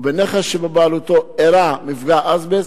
ובנכס שבבעלותו אירע מפגע אזבסט,